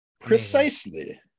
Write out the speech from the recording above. Precisely